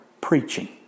preaching